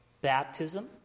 baptism